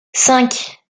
cinq